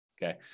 Okay